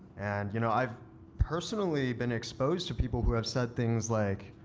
and you know i've personally been exposed to people who have said things like,